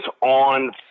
on